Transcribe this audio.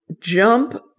jump